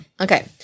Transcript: Okay